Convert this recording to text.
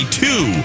two